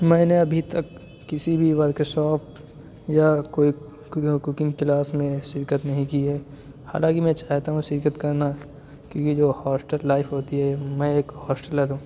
میں نے ابھی تک کسی بھی ورکشاپ یا کوئی کوکنگ کلاس میں شرکت نہیں کی ہے حالانکہ میں چاہتا ہوں شرکت کرنا کہ یہ جو ہاسٹل لائف ہوتی ہے میں ایک ہاسٹلر ہوں